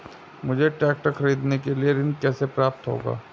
मुझे ट्रैक्टर खरीदने के लिए ऋण कैसे प्राप्त होगा?